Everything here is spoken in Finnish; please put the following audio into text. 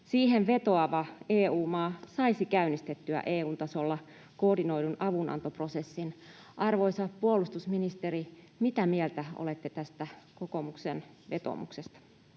siihen vetoava EU-maa saisi käynnistettyä EU:n tasolla koordinoidun avunantoprosessin. Arvoisa puolustusministeri, mitä mieltä olette tästä kokoomuksen vetoomuksesta?